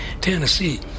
Tennessee